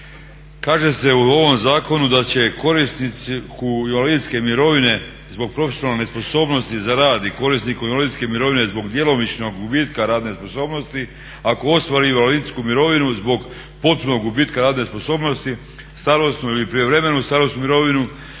Kaže se u ovom zakonu da će korisniku invalidske mirovine zbog profesionalne nesposobnosti za rad i korisniku invalidske mirovine zbog djelomičnog gubitka radne sposobnosti ako ostvari invalidsku mirovinu zbog potpunog gubitka radne sposobnosti starosnu ili prijevremenu starosnu mirovinu